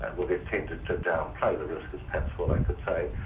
and well, they've tended to downplay the risk, is perhaps what i could say.